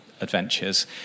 adventures